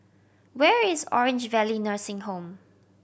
where is Orange Valley Nursing Home